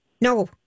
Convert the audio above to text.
No